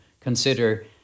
consider